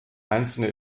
einzelne